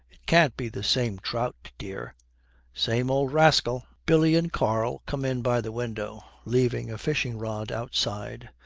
it can't be the same trout, dear same old rascal billy and karl come in by the window, leaving a fishing-rod outside.